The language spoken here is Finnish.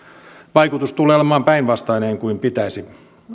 vaikutus tulee olemaan päinvastainen kuin pitäisi